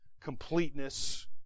completeness